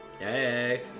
Yay